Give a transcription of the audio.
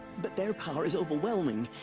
but their power is overwhelming.